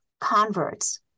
converts